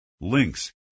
links